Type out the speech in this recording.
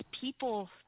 people